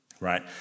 right